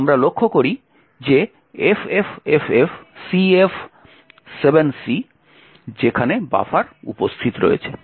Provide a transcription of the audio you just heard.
এবং আমরা লক্ষ্য করি যে FFFFCF7C যেখানে বাফার উপস্থিত রয়েছে